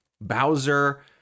Bowser